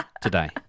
today